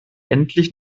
endlich